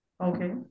Okay